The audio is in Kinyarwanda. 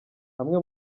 amwe